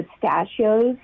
pistachios